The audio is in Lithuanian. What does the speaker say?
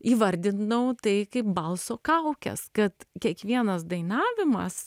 įvardinau tai kaip balso kaukes kad kiekvienas dainavimas